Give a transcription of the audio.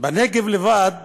בנגב לבד